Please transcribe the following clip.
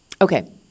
Okay